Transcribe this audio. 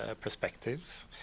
perspectives